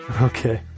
Okay